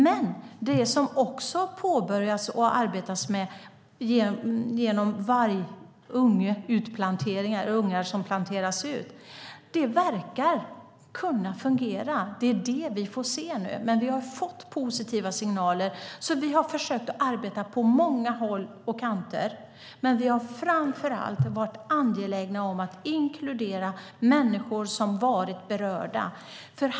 Men det som också har påbörjats och arbetats med genom utplanteringen av vargungar verkar kunna fungera. Vi får se hur det blir med det nu, men vi har fått positiva signaler och vi har försökt arbeta på många håll och kanter. Framför allt har vi varit angelägna om att inkludera människor som har varit berörda.